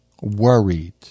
worried